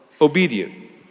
obedient